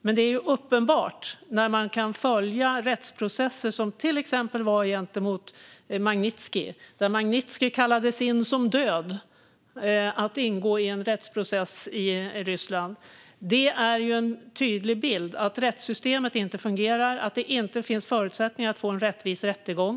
Men när man följer till exempel rättsprocessen mot Magnitskij, där Magnitskij som redan var död kallades in för att ingå i en rättsprocess i Ryssland, ges en tydlig bild av ett rättssystem som inte fungerar, där det inte finns förutsättningar att få en rättvis rättegång.